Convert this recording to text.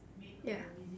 ya